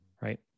Right